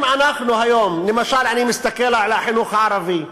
אם אנחנו היום, למשל, אני מסתכל על החינוך הערבי,